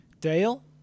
Dale